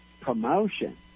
promotion